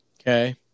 Okay